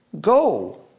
Go